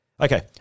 Okay